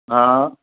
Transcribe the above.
हा